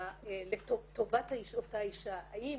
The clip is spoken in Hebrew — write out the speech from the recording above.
לטובת אותה אישה, האם